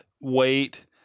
weight